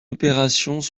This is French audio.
opérations